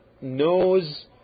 knows